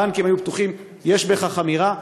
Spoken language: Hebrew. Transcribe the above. הבנקים היו פתוחים, יש בכך אמירה.